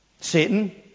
Satan